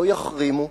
לא יחרימו.